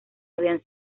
habían